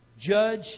Judge